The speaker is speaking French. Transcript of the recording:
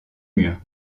murs